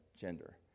gender